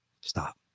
stop